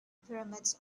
pyramids